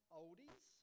oldies